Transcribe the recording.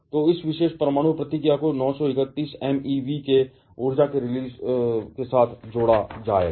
तब उस विशेष परमाणु प्रतिक्रिया को 931 MeV की ऊर्जा रिलीज के साथ जोड़ा जाएगा